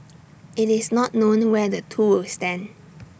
IT is not known where the two will stand